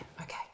okay